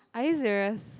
are you serious